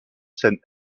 seine